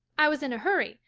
i was in a hurry,